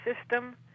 system